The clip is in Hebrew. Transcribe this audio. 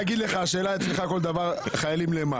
רק להגיד לך, שאצלך כל דבר חיילים למשהו.